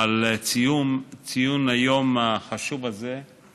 על ציון היום החשוב הזה,